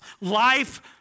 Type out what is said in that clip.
life